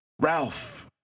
Ralph